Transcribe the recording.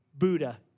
Buddha